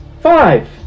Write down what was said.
five